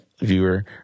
viewer